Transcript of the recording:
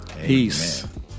Peace